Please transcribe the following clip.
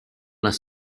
las